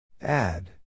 Add